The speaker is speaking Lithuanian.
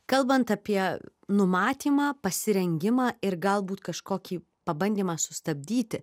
kalbant apie numatymą pasirengimą ir galbūt kažkokį pabandymą sustabdyti